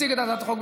מציג את הצעת החוק,